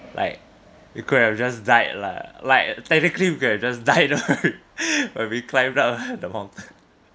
like you could have just died lah like technically you could have just died right when you climbed up the mountain